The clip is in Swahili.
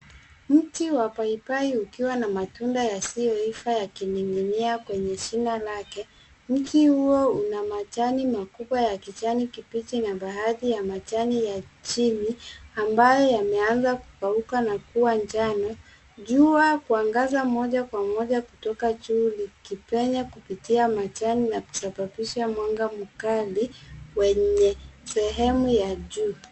Mti wa papai ukiwa na matunda yasiyoiva yakininginia kwenye shina lake. Mti huo una majani makubwa ya kijani kibichi na baadhi ya majani ya chini, ambayo yameanza kukauka na kuwa njano. Jua kuangaza moja kwa moja kutoka juu likipenya kupitia majani na kusababisha mwanga mkali, wenye sehemu ya juu.